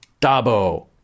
Dabo